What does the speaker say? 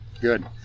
good